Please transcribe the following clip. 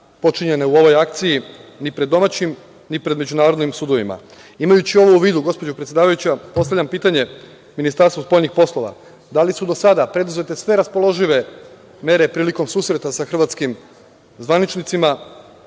počinjene u ovoj akciji, ni pred domaćim ni pred međunarodnim sudovima. Imajući ovo u vidu, gospođo predsedavajuća, postavljam pitanje Ministarstvu spoljnih poslova da li su do sada preduzete sve raspoložive mere prilikom susreta sa hrvatskim zvaničnicima,